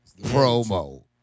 Promo